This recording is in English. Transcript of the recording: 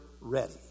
ready